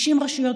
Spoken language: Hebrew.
60 רשויות